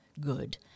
good